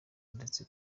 ndetse